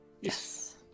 Yes